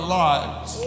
lives